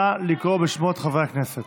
נא לקרוא בשמות חברי הכנסת.